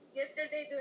yesterday